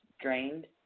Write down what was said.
drained